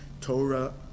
Torah